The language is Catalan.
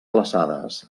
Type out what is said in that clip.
glaçades